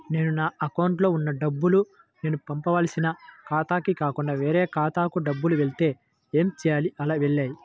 నేను నా అకౌంట్లో వున్న డబ్బులు నేను పంపవలసిన ఖాతాకి కాకుండా వేరే ఖాతాకు డబ్బులు వెళ్తే ఏంచేయాలి? అలా వెళ్తాయా?